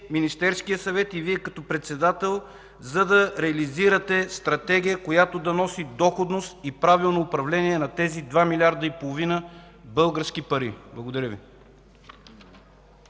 Министерският съвет и Вие като председател, за да реализирате стратегия, която да носи доходност и правилно управление на тези 2 милиарда и половина български пари? Благодаря Ви.